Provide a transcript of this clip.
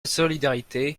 solidarité